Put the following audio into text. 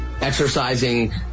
exercising